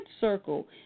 circle